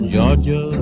Georgia